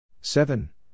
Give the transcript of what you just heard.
seven